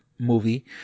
movie